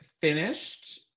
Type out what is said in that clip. finished